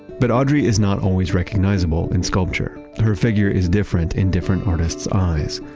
but audrey is not always recognizable in sculpture. her figure is different in different artist's eyes.